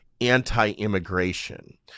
anti-immigration